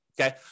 okay